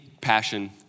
passion